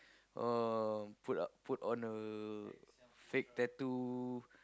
oh put up put on a fake tattoo